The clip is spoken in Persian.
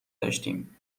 داشتیم